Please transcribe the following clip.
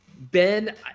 Ben